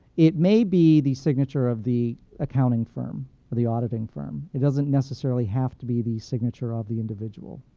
it may be the signature of the accounting firm or the auditing firm. it doesn't necessarily have to be the signature of the individual.